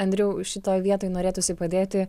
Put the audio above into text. andriau šitoj vietoj norėtųsi padėti